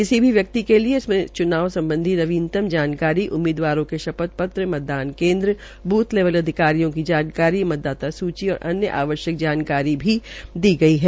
किसी भी व्यिक्त के लिऐ इसमें इसमें च्नाव संबधी नवीनतम जानकारी उम्मीदवारों के शपथ पत्र मतदान केन्द्र बूथ लेवल अधिकारियों की जानकारी मतदाता सूची तथा अन्य आवश्यक जानकारी भी दी गई है